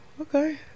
Okay